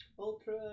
Ultra